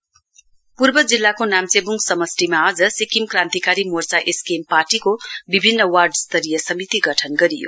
SKS पूर्व जिल्लाको नाम्वेबुङ समस्टिमा आज सिक्किम क्रान्तिकारी मोर्चाएसकेएम पार्टीको विभिन्न वार्ड स्थरीय समिति गठन गरियो